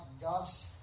God's